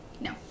No